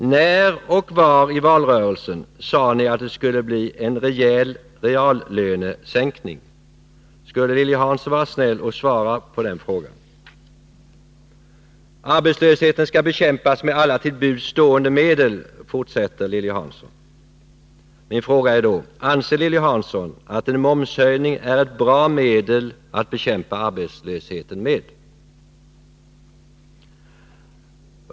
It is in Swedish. När och var i valrörelsen sade ni att det skulle bli en rejäl reallönesänkning? Vill Lilly Hansson vara vänlig att svara på den frågan? Arbetslösheten skall bekämpas med alla till buds stående medel, fortsatte Lilly Hansson. Min fråga blir då: Anser Lilly Hansson att en momshöjning är ett bra medel att bekämpa arbetslösheten med?